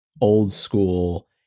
old-school